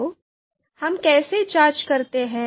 तो हम कैसे जाँच करते हैं